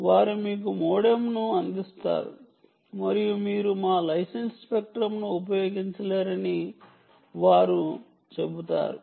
వారు మీకు మోడెమ్ను అందిస్తారు మరియు మీరు మా లైసెన్స్ స్పెక్ట్రంను ఉపయోగించలేరని వారు చెబుతారు